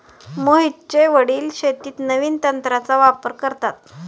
मोहितचे वडील शेतीत नवीन तंत्राचा वापर करतात